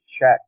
check